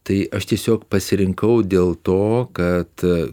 tai aš tiesiog pasirinkau dėl to kad